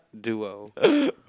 duo